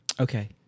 Okay